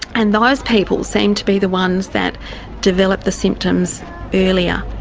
and those people seem to be the ones that develop the symptoms earlier.